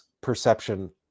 perception